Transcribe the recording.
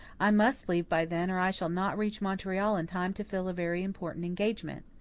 i must leave by then or i shall not reach montreal in time to fill a very important engagement.